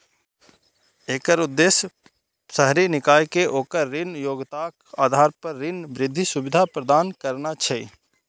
एकर उद्देश्य शहरी निकाय कें ओकर ऋण योग्यताक आधार पर ऋण वृद्धि सुविधा प्रदान करना छै